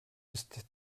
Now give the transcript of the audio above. ist